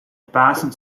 pasen